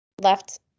left